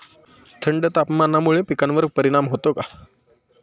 थंड तापमानामुळे पिकांवर परिणाम होतो का?